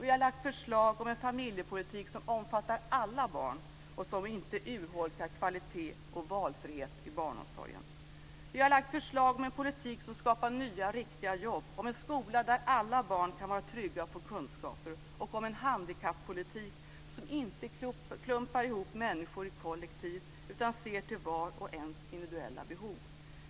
Vi har lagt fram förslag om en familjepolitik som omfattar alla barn och som inte urholkar kvalitet och valfrihet i barnomsorgen. Vi har lagt fram förslag om en politik som skapar nya riktiga jobb, om en skola där alla barn kan vara trygga och få kunskaper och om en handikappolitik som inte klumpar ihop människor i kollektiv utan ser till var och ens individuella behov.